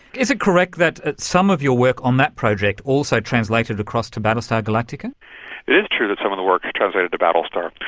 is it correct that some of your work on that project also translated across to battlestar galactica. it is true that some of the work was translated to battlestar.